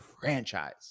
franchise